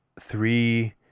three